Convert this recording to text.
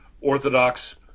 Orthodox